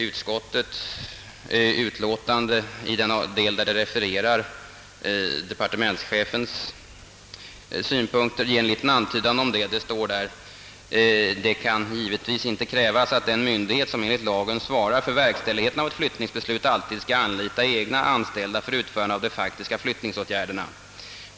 Utskottets utlåtande i den del där departementschefens synpunkter refereras ger en liten antydan härom. Det står där: »Det kan givetvis inte krävas, att en myndighet som enligt lagen svarar för verkställigheten av ett flyttningsbeslut alltid skall anlita egna anställda för utförande av de faktiska flyttningsåtgärderna.